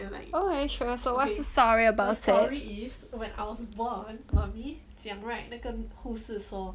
okay sure so what's the story about it